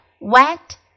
wet